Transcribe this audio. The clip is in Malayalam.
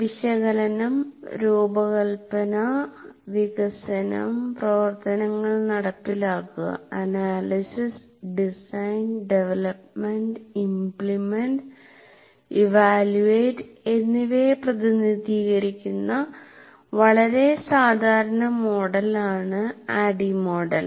വിശകലനം analysis രൂപകൽപ്പന design വികസനം development പ്രവർത്തനങ്ങൾ നടപ്പിലാക്കുക implement വിലയിരുത്തുക evaluate എന്നിവയെ പ്രതിനിധീകരിക്കുന്ന വളരെ സാധാരണ മോഡലാണ് ADDIE മോഡൽ